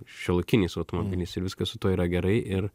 šiuolaikiniais automobiliais ir viskas su tuo yra gerai ir